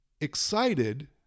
excited